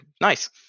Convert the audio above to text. Nice